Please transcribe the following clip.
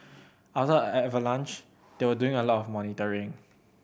other avalanche they were doing a lot of monitoring